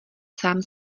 sám